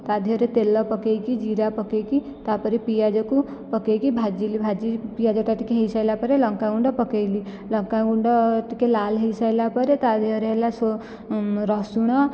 ତା' ଦେହରେ ତେଲ ପକାଇକି ଜିରା ପକାଇକି ତା'ପରେ ପିଆଜକୁ ପକାଇକି ଭାଜିଲି ଭାଜି ପିଆଜଟା ଟିକିଏ ହୋଇସାରିଲା ପରେ ଲଙ୍କାଗୁଣ୍ଡ ପକାଇଲି ଲଙ୍କାଗୁଣ୍ଡ ଟିକିଏ ଲାଲ୍ ହୋଇସାରିଲା ପରେ ତା' ଦେହରେ ହେଲା ରସୁଣ